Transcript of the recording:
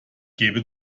gebe